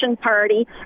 party